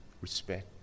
respect